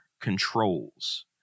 controls